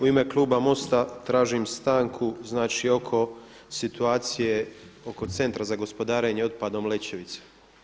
U ime kluba MOST-a tražim stanku, znači oko situacije oko Centra za gospodarenje otpadom Lećevica.